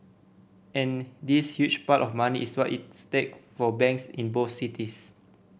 and this huge pile of money is what is stake for banks in both cities